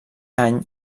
any